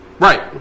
Right